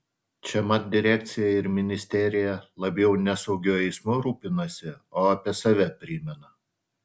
čia mat direkcija ir ministerija labiau ne saugiu eismu rūpinasi o apie save primena